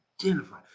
identify